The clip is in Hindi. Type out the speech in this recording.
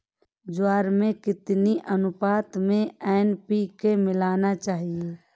ज्वार में कितनी अनुपात में एन.पी.के मिलाना चाहिए?